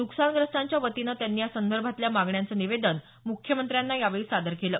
नुकसानग्रस्तांच्या वतीनं त्यांनी या संदर्भातल्या मागण्यांचं निवेदन मुख्यमंत्र्यांना यावेळी सादर केलं